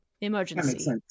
emergency